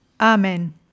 Amen